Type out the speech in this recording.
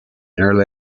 early